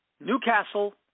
Newcastle